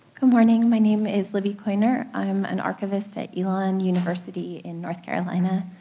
good morning, my name is libby coyner. i'm an archivist at elon university in north carolina.